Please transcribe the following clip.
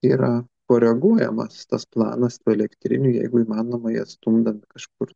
yra koreguojamas tas planas tų elektrinių jeigu įmanoma jas stumdant kažkur